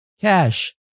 cash